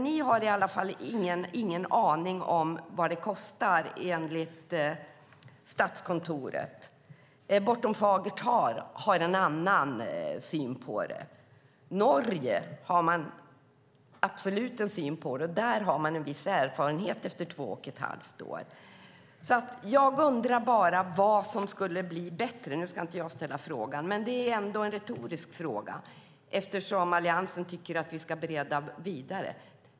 Ni har ingen aning om vad det kostar, enligt Statskontoret. I Bortom fagert tal har man en annan syn på det. I Norge har man absolut en annan syn på det, och där har man en viss erfarenhet efter två och ett halvt år. Jag undrar bara vad som skulle bli bättre om vi bereder. Det är en retorisk fråga eftersom Alliansen tycker att vi ska bereda vidare.